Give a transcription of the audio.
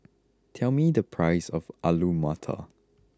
tell me the price of Alu Matar